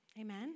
Amen